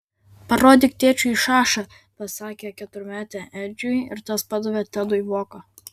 parodyk tėčiui šašą pasakė keturmetė edžiui ir tas padavė tedui voką